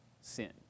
sin